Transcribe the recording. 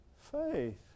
Faith